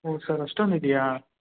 ಹ್ಞೂ ಸರ್ ಅಷ್ಟೊಂದು ಇದೆಯಾ